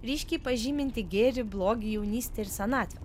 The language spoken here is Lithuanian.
ryškiai pažyminti gėrį blogį jaunystę ir senatvę